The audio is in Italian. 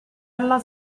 alla